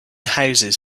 houses